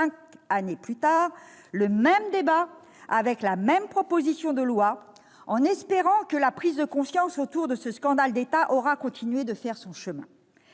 cinq années plus tard, le même débat avec la même proposition de loi, en espérant que la prise de conscience autour de ce scandale d'État aura continué de faire son chemin.